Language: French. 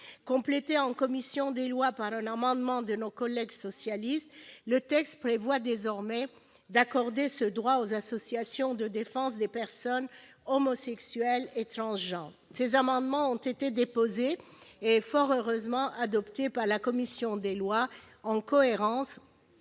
Complété en commission des lois par un amendement de nos collègues socialistes, le texte prévoit désormais d'accorder ce droit aux associations de défense des personnes homosexuelles et transgenres. Ces amendements ont fort heureusement été adoptés par la commission des lois, en cohérence